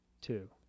Two